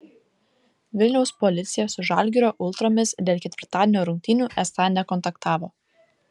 vilniaus policija su žalgirio ultromis dėl ketvirtadienio rungtynių esą nekontaktavo